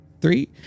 three